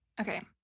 Okay